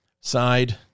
side